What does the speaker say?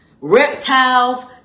reptiles